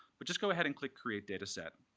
but just go ahead and click create data set.